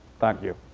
thank you.